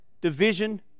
division